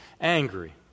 angry